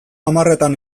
hamarretan